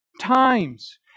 times